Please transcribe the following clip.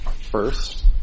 first